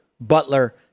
Butler